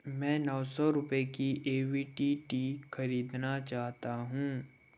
मैं नौ सौ रुपए की ए वी टी टी खरीदना चाहता हूँ